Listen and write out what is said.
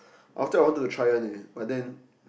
after I wanted to try one leh but then